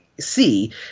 see